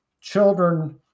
children